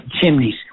chimneys